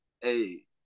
Hey